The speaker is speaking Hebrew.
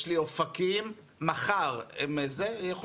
יש לי אופקים,